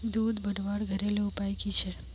दूध बढ़वार घरेलू उपाय की छे?